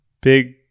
big